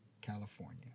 California